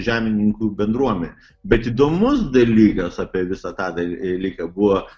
žemininkų bendruomenę bet įdomus dalykas apie visą tą dar likę buvo